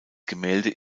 gemälde